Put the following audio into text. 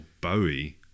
Bowie